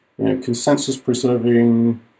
consensus-preserving